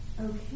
okay